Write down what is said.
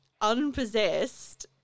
unpossessed